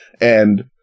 And-